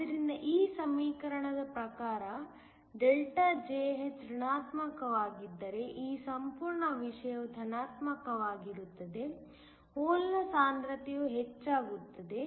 ಆದ್ದರಿಂದ ಈ ಸಮೀಕರಣದ ಪ್ರಕಾರ ΔJh ಋಣಾತ್ಮಕವಾಗಿದ್ದರೆ ಈ ಸಂಪೂರ್ಣ ವಿಷಯವು ಧನಾತ್ಮಕವಾಗಿರುತ್ತದೆ ಹೋಲ್ನ ಸಾಂದ್ರತೆಯು ಹೆಚ್ಚಾಗುತ್ತದೆ